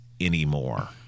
anymore